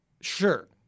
Sure